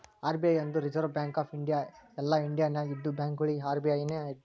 RBI ಅಂದುರ್ Reserve Bank of India ಎಲ್ಲಾ India ನಾಗ್ ಇದ್ದಿವ ಬ್ಯಾಂಕ್ಗೊಳಿಗ ಅರ್.ಬಿ.ಐ ನೇ ಹೆಡ್